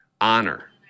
Honor